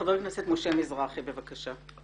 חבר הכנסת משה מזרחי בבקשה.